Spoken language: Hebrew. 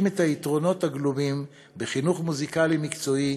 את היתרונות הגלומים בחינוך מוזיקלי מקצועי,